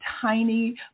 tiny